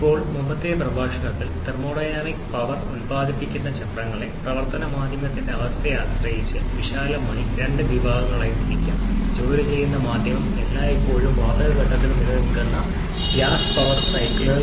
ഇപ്പോൾ മുമ്പത്തെ പ്രഭാഷണത്തിൽ തെർമോഡൈനാമിക് പവർ ഉൽപാദിപ്പിക്കുന്ന ചക്രങ്ങളെ പ്രവർത്തന മാധ്യമത്തിന്റെ അവസ്ഥയെ ആശ്രയിച്ച് വിശാലമായി രണ്ട് വിഭാഗങ്ങളായി തിരിക്കാം ജോലി ചെയ്യുന്ന മാധ്യമം എല്ലായ്പ്പോഴും വാതക ഘട്ടത്തിൽ നിലനിൽക്കുന്ന ഗ്യാസ് പവർ സൈക്കിളുകൾ